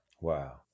Wow